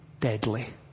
deadly